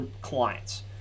clients